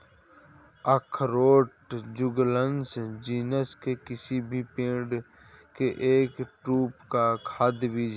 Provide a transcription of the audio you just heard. अखरोट Juglans genus के किसी भी पेड़ के एक ड्रूप का खाद्य बीज है